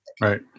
Right